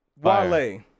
Wale